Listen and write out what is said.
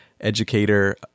educator